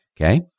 Okay